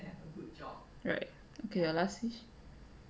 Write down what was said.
your last wish